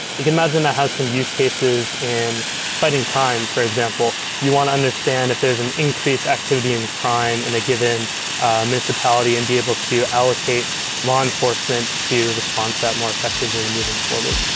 you can imagine that has some use cases in fighting crime, for example. you want to understand if there is an increase activity in crime in a given municipality and be able to allocate law enforcement to respond to that more effectively moving forward.